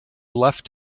left